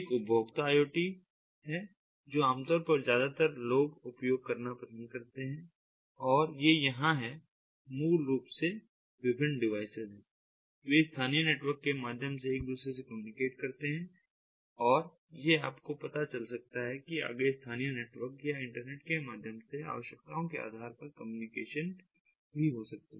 एक उपभोक्ता IoT है जो आमतौर पर ज्यादातर लोग उपयोग करना पसंद करते हैं और ये यहां हैं मूल रूप से ये विभिन्न डिवाइस हैं वे इन स्थानीय नेटवर्क के माध्यम से एक दूसरे के साथ कम्युनिकेट करते हैं और यह आपको पता चल सकता है कि आगे स्थानीय इंटरनेट या इंटरनेट के माध्यम से आवश्यकताओं के आधार पर और कम्युनिकेशन भी हो सकता है